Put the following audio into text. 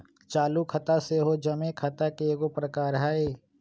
चालू खता सेहो जमें खता के एगो प्रकार हइ